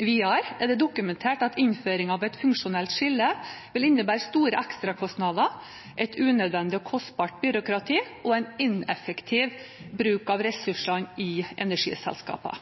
Videre er det dokumentert at innføring av et funksjonelt skille vil innebære store ekstrakostnader, et unødvendig og kostbart byråkrati og en ineffektiv bruk av ressursene i energiselskapene.